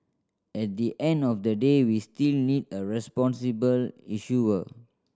at the end of the day we still need a responsible issuer